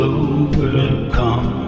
overcome